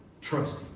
trust